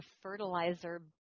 fertilizer